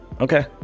Okay